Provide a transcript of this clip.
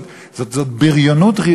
זאת בריונות,